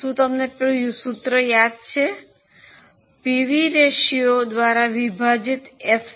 શું તમને સૂત્ર યાદ છે પીવી રેશિયો દ્વારા વિભાજિત એફસી